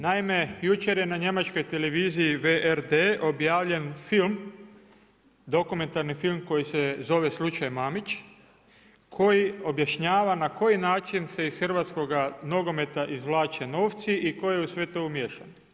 Naime, jučer je na njemačkoj televiziji WRD objavljen film, dokumentarni film koji se zove slučaj Mamić koji objašnjava na koji način se iz hrvatskoga nogometa izvlače novci i tko je u sve to umiješan.